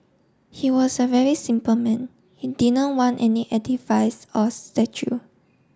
he was a very simple man he did not want any edifice or statue